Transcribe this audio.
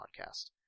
podcast